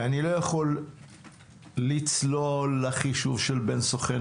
ואני לא יכול לצלול לחישוב של בין סוכן